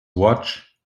watch